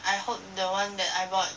I hope the one that I bought